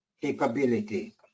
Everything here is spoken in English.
capability